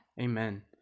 Amen